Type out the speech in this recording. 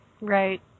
right